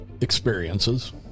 experiences